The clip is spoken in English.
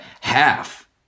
Half